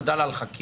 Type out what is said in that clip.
נודע לה על חשד,